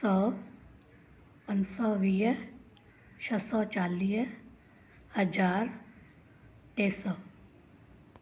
सौ पंज सौ वीह छह सौ चालीह हज़ारु टे सौ